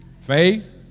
Faith